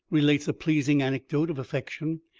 relates a pleasing anecdote of affection,